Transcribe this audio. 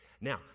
Now